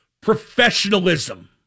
professionalism